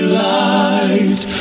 light